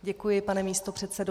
Děkuji, pane místopředsedo.